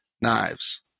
knives